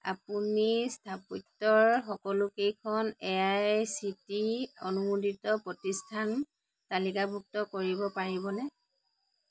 আপুনি স্থাপত্যৰ সকলোকেইখন এ আই চি টি অনুমোদিত প্ৰতিষ্ঠান তালিকাভুক্ত কৰিব পাৰিবনে